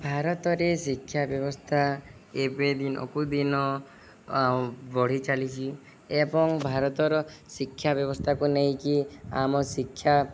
ଭାରତରେ ଶିକ୍ଷା ବ୍ୟବସ୍ଥା ଏବେ ଦିନକୁ ଦିନ ବଢ଼ି ଚାଲିଛି ଏବଂ ଭାରତର ଶିକ୍ଷା ବ୍ୟବସ୍ଥାକୁ ନେଇକି ଆମ ଶିକ୍ଷା